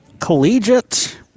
collegiate